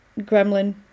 gremlin